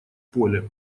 поле